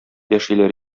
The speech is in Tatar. яшиләр